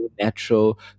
natural